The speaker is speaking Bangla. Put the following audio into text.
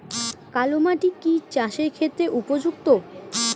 কালো মাটি কি চাষের ক্ষেত্রে উপযুক্ত?